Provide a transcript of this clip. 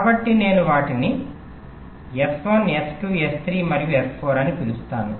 కాబట్టి నేను వాటిని S1 S2 S3 మరియు S4 అని పిలుస్తాను